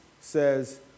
says